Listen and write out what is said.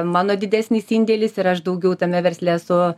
mano didesnis indėlis ir aš daugiau tame versle esu